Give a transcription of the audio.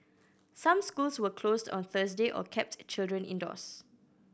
some schools were closed on Thursday or kept children indoors